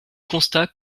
constat